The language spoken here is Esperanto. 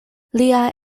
lia